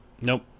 Nope